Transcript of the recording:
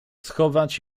schować